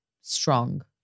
strong